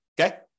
Okay